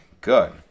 good